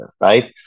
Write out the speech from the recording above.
right